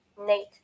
Nate